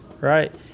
Right